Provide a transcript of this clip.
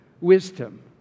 wisdom